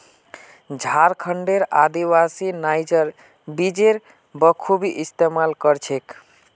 झारखंडेर आदिवासी नाइजर बीजेर बखूबी इस्तमाल कर छेक